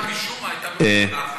ההכנה משום מה הייתה בחוקה.